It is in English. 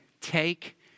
take